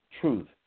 truth